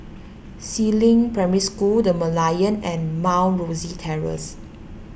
Si Ling Primary School the Merlion and Mount Rosie Terrace